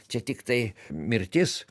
čia tiktai mirtis